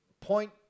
point